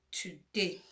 today